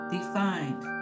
Defined